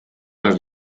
las